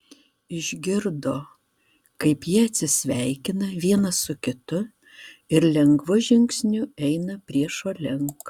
išgirdo kaip jie atsisveikina vienas su kitu ir lengvu žingsniu eina priešo link